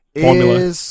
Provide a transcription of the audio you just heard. Formula